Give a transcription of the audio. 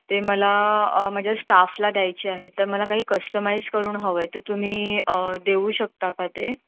ते मला माझ्या स्टाफला द्यायचे आहे तर मला काही कस्टमाईज करून हवं आहे तर तुम्ही देऊ शकता का ते